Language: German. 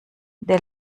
der